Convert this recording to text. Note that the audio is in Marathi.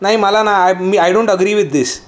नाही मला ना आय मी I don't agree with this